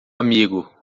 amigo